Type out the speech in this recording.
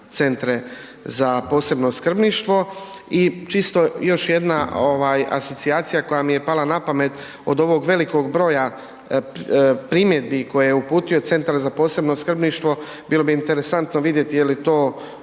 centre za posebno skrbništvo. I čisto još jedna asocijacija koja mi je pala na pamet, od ovog velikog broja primjedbi koje je uputio Centar za posebno skrbništvo bilo bi interesantno vidjeti jeli to